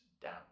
down